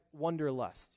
wonderlust